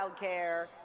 childcare